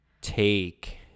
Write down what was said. take